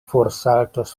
forsaltos